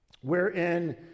wherein